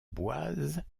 boise